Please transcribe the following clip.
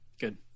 Good